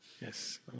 Yes